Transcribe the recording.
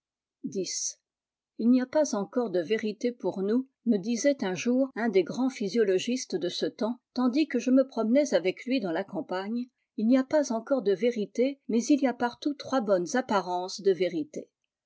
il n'y a pasencore de vérité pour nous me disait un jour un des grands physiologistes de ce temps tandis que je me promenais avec lui dans la campagne il n'y a pas encore de vérité mais il y a partout trois bonnes apparences de vérité